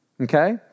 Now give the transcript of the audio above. Okay